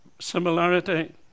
similarity